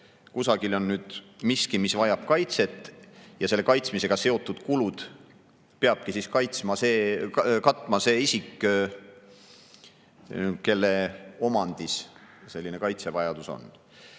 kusagil on miski, mis vajab kaitset, ja selle kaitsmisega seotud kulud peabki katma see isik, kelle omandis see kaitsevajadusega